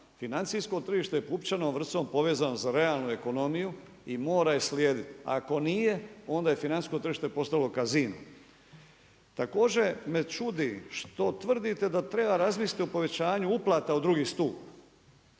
financijsko tržište je pupčanom vrpcom povezano za realnu ekonomiju i mora je slijediti. Ako nije onda je financijsko tržište postalo casino. Također me čudi što tvrdite da treba razmisliti o povećanju uplata u drugi stup.